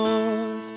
Lord